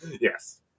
Yes